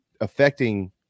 affecting